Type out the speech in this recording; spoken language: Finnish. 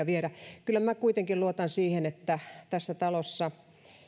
viedä kyllä minä kuitenkin luotan siihen tässä talossa